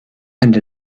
and